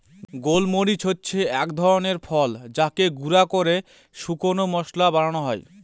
গোল মরিচ হচ্ছে এক ধরনের ফল যাকে গুঁড়া করে শুকনো মশলা বানানো হয়